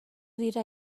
dira